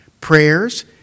prayers